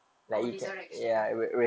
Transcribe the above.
oh resurrection mm